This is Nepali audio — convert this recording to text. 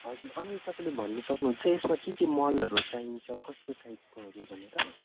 हजुर अनि तपाईँले भन्नु सक्नुहुन्छ यसमा के के मलहरू चाहिन्छ कस्तो टाइपकोहरू भनेर